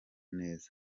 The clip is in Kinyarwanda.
neza